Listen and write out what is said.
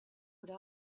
would